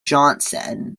johnson